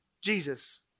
Jesus